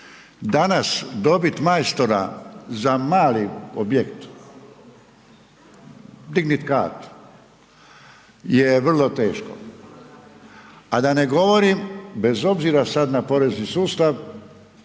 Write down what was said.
Danas dobit majstora za mali objekt, dignit kat, je vrlo teško. A da ne govorim, bez obzira sad na porezni sustav,